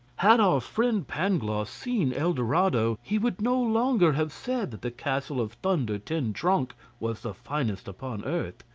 had our friend pangloss seen el dorado he would no longer have said that the castle of thunder-ten-tronckh was the finest upon earth.